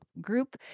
group